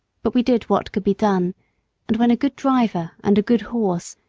but we did what could be done and when a good driver and a good horse,